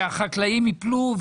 שהחקלאים יפלו.